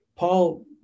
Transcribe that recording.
Paul